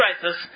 crisis